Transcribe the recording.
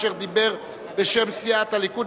אשר דיבר בשם סיעת הליכוד,